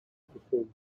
performed